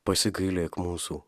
pasigailėk mūsų